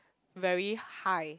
very high